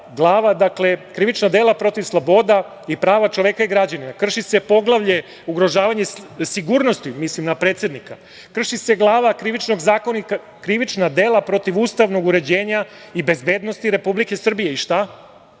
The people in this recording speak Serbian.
pomenuti glave, protiv sloboda i prava čoveka i građanina, krši se poglavlje - Ugrožavanje sigurnosti, mislim na predsednika, krši se glava Krivičnog zakonika - Krivična dela protiv ustavnog uređenja i bezbednosti Republike Srbije. I šta?